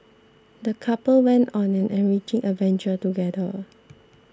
the couple went on an enriching adventure together